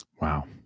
Wow